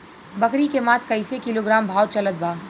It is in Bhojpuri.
बकरी के मांस कईसे किलोग्राम भाव चलत बा?